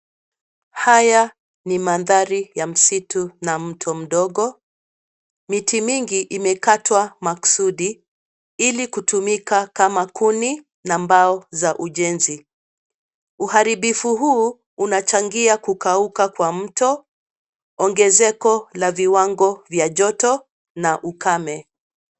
Haya ni mandhari ya msitu na mto mdogo. Miti mingi imekatwa makusudi ili kutumika kama kuni na mbao za ujenzi. Uharibifu huu unachangia kukauka kwa mto, ongezeko la viwango vya joto na ukame.